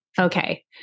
okay